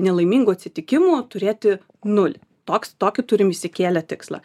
nelaimingų atsitikimų turėti nulį toks tokį turim išsikėlę tikslą